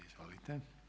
Izvolite.